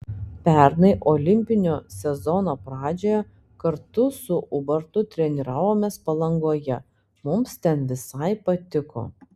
pernai olimpinio sezono pradžioje kartu su ubartu treniravomės palangoje mums ten visai patiko